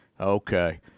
Okay